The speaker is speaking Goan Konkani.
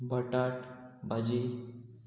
बटाट भाजी